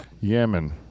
Yemen